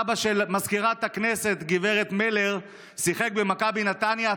אבא של מזכירת הכנסת גב' מלר שיחק במכבי נתניה,